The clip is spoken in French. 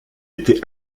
été